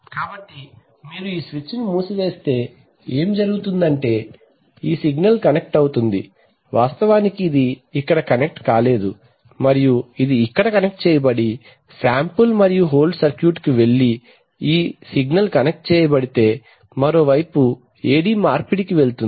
కాబట్టి మీరు ఈ స్విచ్ను మూసివేస్తే ఏమి జరుగుతుందంటే ఈ సిగ్నల్ కనెక్ట్ అవుతుంది వాస్తవానికి ఇది ఇక్కడ కనెక్ట్ కాలేదు మరియు ఇక్కడ ఇది కనెక్ట్ చేయబడి శాంపుల్ మరియు హోల్డ్ సర్క్యూట్ కు వెళ్లి ఈ సిగ్నల్ కనెక్ట్ చేయబడితే మరోవైపు AD మార్పిడికి వెళుతుంది